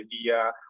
idea